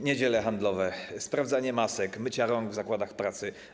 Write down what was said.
Niedziele handlowe, sprawdzanie masek, mycia rąk w zakładach pracy.